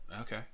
Okay